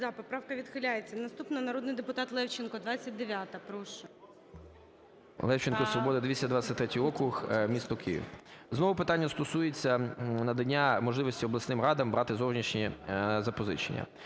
Поправка відхиляється. Наступна, народний депутат Левченко, 29-а. Прошу. 12:40:54 ЛЕВЧЕНКО Ю.В. Левченко, "Свобода", 223 округ, місто Кив. Знову питання стосується надання можливості обласним радам брати зовнішні запозичення.